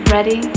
Ready